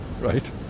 right